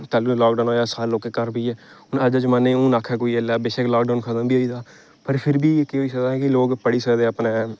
तैह्लू लाकडाउन होएआ सारे लोकें घर बेहियै हून अज्ज दे जमान्ने च हून आक्खै कोई ऐल्लै बेशक लाकडाउन खतम बी होई गेदा पर फिर बी केह् होई सकदा कि लोक पढ़ी सकदे अपनै